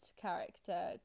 character